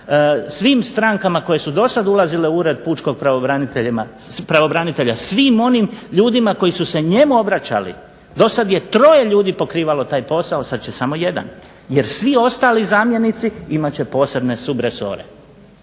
svim strankama koje su do sada dolazile u Ured pučkog pravobranitelja svim onim ljudima koji su se njemu obraćali. Do sad je troje ljudi pokrivalo taj posao, sad će samo jedan jer svi ostali zamjenici imat će posebne subresore.